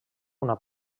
una